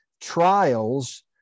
trials